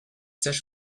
sages